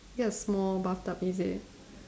get a small bathtub is it